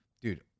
dude